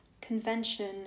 Convention